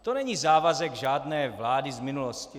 To není závazek žádné vlády z minulosti.